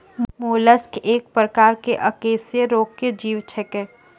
mollusc एक प्रकार के अकेशेरुकीय जीव छेकै